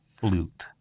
flute